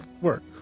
work